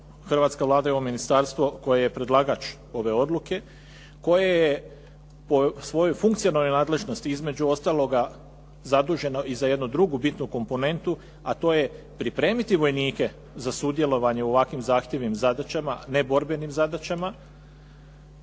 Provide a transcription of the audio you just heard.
hrvatska Vlada i ovo ministarstvo koje je predlagač ove odluke koje je po svojoj funkcionalnoj nadležnosti između ostaloga zaduženo i za jednu drugu bitnu komponentu, a to je pripremiti vojnike za sudjelovanje u ovakvim zahtjevnim zadaćama, neborbenim zadaćama,